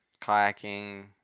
kayaking